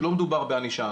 לא מדובר בענישה,